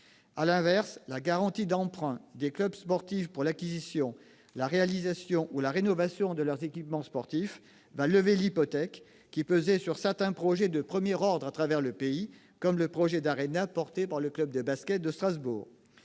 À l'inverse, la garantie d'emprunt des clubs sportifs pour l'acquisition, la réalisation ou la rénovation de leurs équipements sportifs lèvera l'hypothèque qui pesait sur certains projets de premier ordre à travers le pays, comme le projet d'Arena porté par le club de basket de Strasbourg.